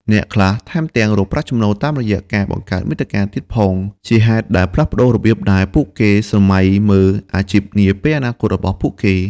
អ្នកខ្លះថែមទាំងរកប្រាក់ចំណូលតាមរយៈការបង្កើតមាតិកាទៀតផង ជាហេតុដែលផ្លាស់ប្តូររបៀបដែលពួកគេស្រមៃមើលអាជីពនាពេលអនាគតរបស់ពួកគេ។